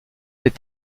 est